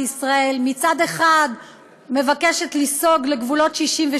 ישראל: מצד אחד מבקשת לסגת לגבולות 67',